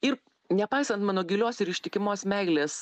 ir nepaisant mano gilios ir ištikimos meilės